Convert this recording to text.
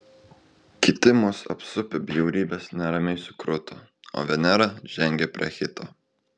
kiti mus apsupę bjaurybės neramiai sukruto o venera žengė prie hito